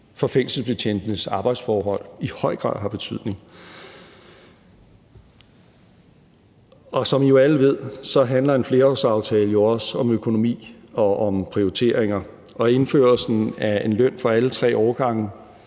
for fængselsbetjentenes arbejdsforhold – i høj grad. Og som I alle ved, handler en flerårsaftale også om økonomi og om prioriteringer, og indførelsen af en løn for alle tre årgange,